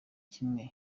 kimwe